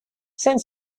saint